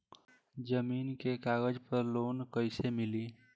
जमीन के कागज पर लोन कइसे मिली?